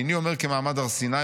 איני אומר כמעמד הר סיני,